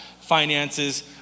finances